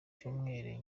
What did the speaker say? cyumweru